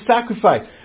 sacrifice